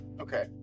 okay